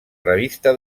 revista